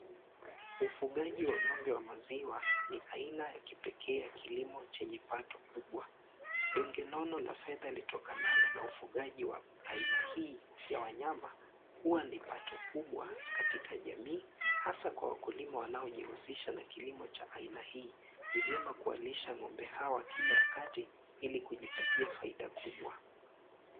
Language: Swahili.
Ufugaji wa ng'ombe wa maziwa ni aina ya kipekee ya kilimo chenye pato kubwa. Donge nono la fedha litokanalo na ufugaji wa aina hii ya wanyama huwa ni pato kubwa katika jamii hasa kwa wakulima wanaojihusisha na kililmo cha aina hii. Ni vyema kuwalisha ng'ombe hawa kila wakati ili kujipatia faida kubwa.